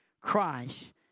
Christ